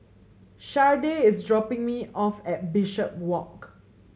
Shardae is dropping me off at Bishopswalk